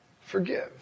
forgive